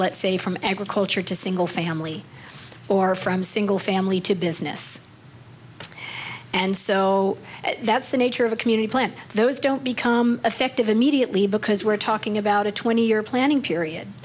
let's say from agriculture to single family or from single family to business and so that's the nature of a community plant those don't become effective immediately because we're talking about a twenty year planning period